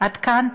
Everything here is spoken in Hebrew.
את כאן?